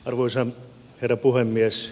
arvoisa herra puhemies